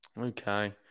Okay